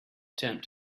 attempt